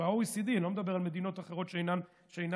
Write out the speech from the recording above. אני לא מדבר על מדינות אחרות שאינן מפותחות,